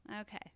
okay